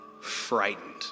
frightened